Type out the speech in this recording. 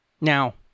now